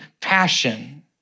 passion